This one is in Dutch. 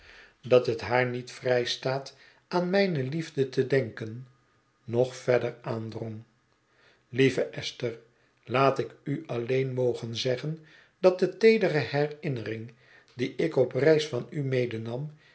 dat het haar niet vriji mijnheer woodcoubrs liefde voor esther staat aan mijne liefde te denken nog verder aandrong lieve esther laat ik u alleen mogen zeggen dat de teedere herinnering die ik op reis van u medenam